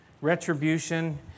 retribution